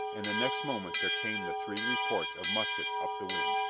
and the next moment there came the three reports of muskets up the wind.